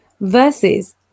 versus